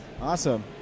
awesome